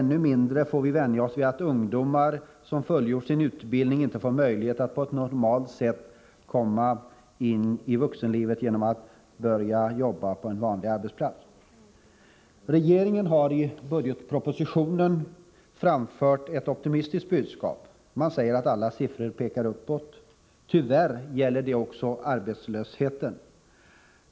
Ännu mindre får vi vänja oss vid att ungdomar, som har fullgjort sin utbildning, inte får möjlighet att på ett normalt sätt komma in i vuxenlivet genom att börja jobba på en vanlig arbetsplats. Regeringen har i budgetpropositionen framfört ett optimistiskt budskap. Man säger att alla siffror pekar uppåt. Tyvärr gäller det också arbetslöshetssiffrorna.